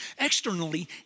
externally